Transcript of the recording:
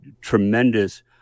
tremendous